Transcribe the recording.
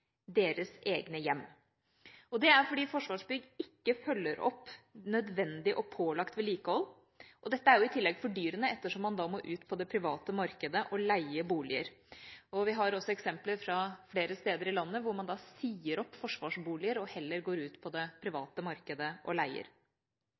deres egne hjem. Det er fordi Forsvarsbygg ikke følger opp nødvendig og pålagt vedlikehold. Dette er jo i tillegg fordyrende ettersom man da må ut på det private markedet å leie boliger. Vi har også eksempler fra flere steder i landet, hvor man sier opp forsvarsboliger og heller går ut på det